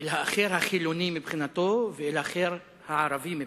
אל האחר החילוני מבחינתו, ואל האחר הערבי מבחינתו.